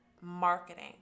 marketing